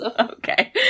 okay